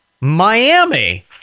Miami